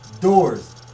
doors